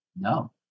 No